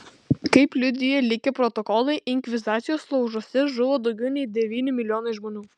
kaip liudija likę protokolai inkvizicijos laužuose žuvo daugiau nei devyni milijonai žmonių